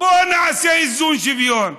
בואו נעשה איזון, שוויון.